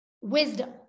wisdom